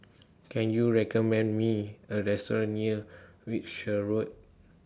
Can YOU recommend Me A Restaurant near Wiltshire Road